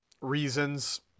reasons